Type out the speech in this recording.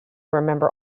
remember